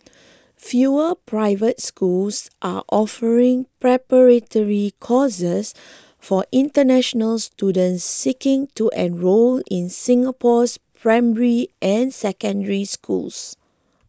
fewer private schools are offering preparatory courses for international students seeking to enrol in Singapore's primary and Secondary Schools